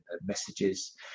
messages